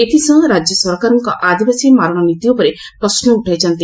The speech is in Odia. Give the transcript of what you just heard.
ଏଥିସହ ରାଜ୍ୟ ସରକାରଙ୍କ ଆଦିବାସୀ ମାରଣ ନୀତି ଉପରେ ପ୍ରଶ୍ନ ଉଠାଇଛନ୍ତି